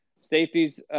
safeties